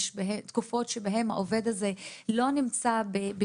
יש תקופות שבהן העובד הזה לא מקבל